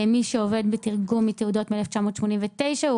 מי שעובד בתרגום עם תעודות מ-1989 הוא